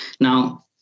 Now